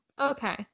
Okay